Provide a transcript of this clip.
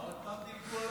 מה, עוד פעם דילגו עליי?